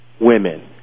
women